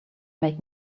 make